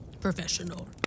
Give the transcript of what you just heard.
Professional